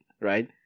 right